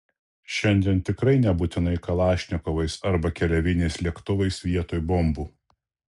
šiandien tikrai nebūtinai kalašnikovais arba keleiviniais lėktuvais vietoj bombų